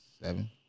Seven